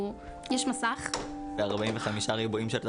ואת המסירות של המורים שלהם אני חווה גם כן,